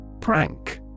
PRANK